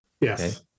Yes